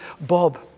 Bob